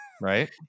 Right